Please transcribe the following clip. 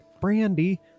brandy